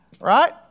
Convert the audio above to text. right